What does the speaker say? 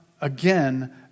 again